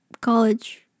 college